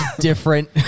different